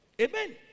Amen